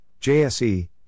JSE